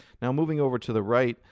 now, moving over to the right,